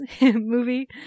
movie